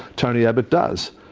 tony abbott does.